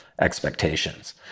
expectations